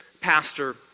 pastor